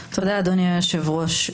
תודה, אדוני היושב-ראש.